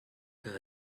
que